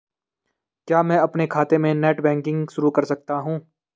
क्या मैं अपने खाते में नेट बैंकिंग शुरू कर सकता हूँ?